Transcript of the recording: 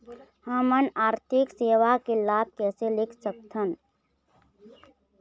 हमन आरथिक सेवा के लाभ कैसे ले सकथन?